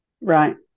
Right